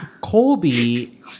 Colby